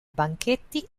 banchetti